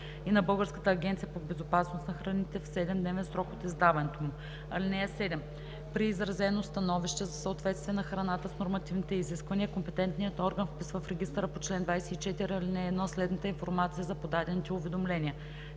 и на Българската агенция по безопасност на храните в 7-дневен срок от издаването му. (7) При изразено становище за съответствие на храната с нормативните изисквания компетентният орган вписва в регистъра по чл. 24, ал. 1 следната информация за подадените уведомления: